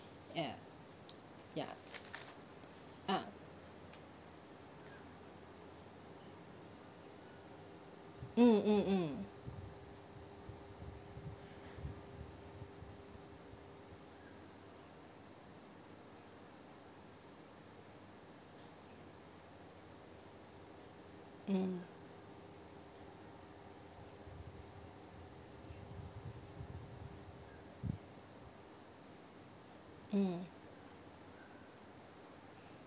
ya ya ah mm mm mm mm mm